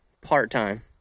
part-time